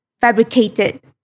fabricated